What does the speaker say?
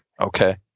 Okay